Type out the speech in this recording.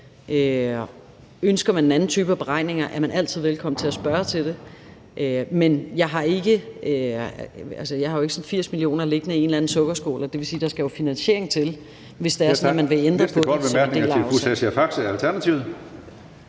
Ønsker man en anden type af beregninger, er man altid velkommen til at spørge til det. Men jeg har jo ikke sådan 80 mio. kr. liggende i en eller anden sukkerskål, og det vil sige, at der skal en finansiering til, hvis det er sådan, at man vil ændre på det